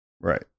Right